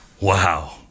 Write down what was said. Wow